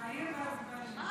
מהיר וזריז.